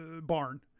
barn